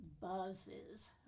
buzzes